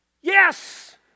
Yes